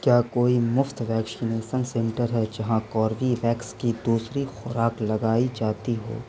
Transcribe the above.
کیا کوئی مفت ویکشینیسن سنٹر ہے جہاں کوربیویکس کی دوسری خوراک لگائی جاتی ہو